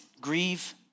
grieve